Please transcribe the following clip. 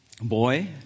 Boy